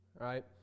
right